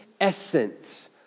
essence